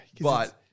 But-